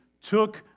took